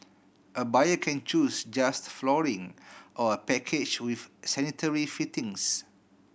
a buyer can choose just flooring or a package with sanitary fittings